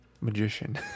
magician